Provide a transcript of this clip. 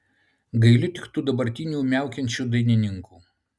gailiu tik tų dabartinių miaukiančių dainininkų